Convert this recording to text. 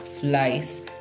flies